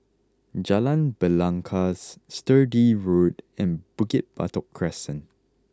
Jalan Belangkas Sturdee Road and Bukit Batok Crescent